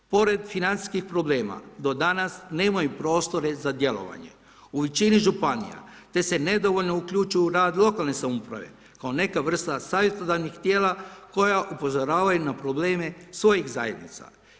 Pored financijskih problema, do danas nemaju prostore za djelovanje u većini županija, te se nedovoljno uključuju u rad lokalne samouprave, kao neka vrsta savjetodavnih tijela koja upozoravaju na probleme svojih zajednica.